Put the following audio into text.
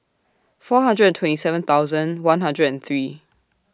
four hundred and twenty seven thousand one hundred and three